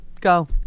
Go